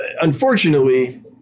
unfortunately